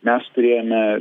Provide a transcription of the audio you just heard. mes turėjome